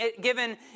given